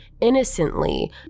innocently